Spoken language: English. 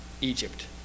Egypt